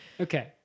Okay